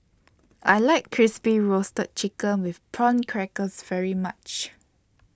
I like Crispy Roasted Chicken with Prawn Crackers very much